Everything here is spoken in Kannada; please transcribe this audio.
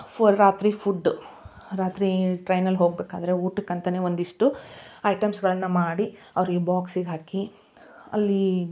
ಫೋ ರಾತ್ರಿ ಫುಡ್ ರಾತ್ರಿ ಟ್ರೈನಲ್ಲಿ ಹೋಗಬೇಕಾದ್ರೆ ಊಟಕ್ಕೆ ಅಂತಲೇ ಒಂದಿಷ್ಟು ಐಟಮ್ಸ್ಗಳನ್ನು ಮಾಡಿ ಅವರಿಗೆ ಬಾಕ್ಸಿಗೆ ಹಾಕಿ ಅಲ್ಲಿ